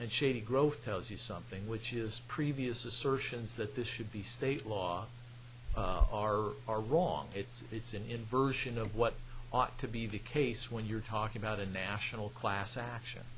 and shady growth tells you something which is previous assertions that this should be state law are are wrong it's it's an inversion of what ought to be the case when you're talking about a national class action